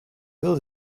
bill